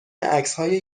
عکسهای